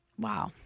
Wow